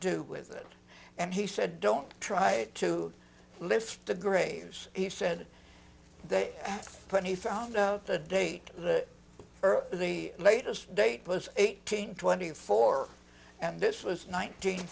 do with it and he said don't try to lift the graves he said day when he found out the day the earth the latest date was eighteen twenty four and this was nineteen